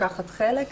לקחת חלק,